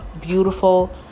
beautiful